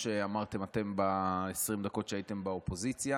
כמו שאתם אמרתם ב-20 דקות שהייתם באופוזיציה,